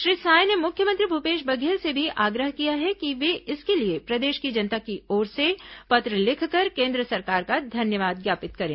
श्री साय ने मुख्यमंत्री भूपेश बघेल से भी आग्रह किया है कि वे इसके लिए प्रदेश की जनता की ओर से पत्र लिखकर केन्द्र सरकार का धन्यवाद ज्ञापित करें